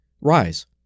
Rise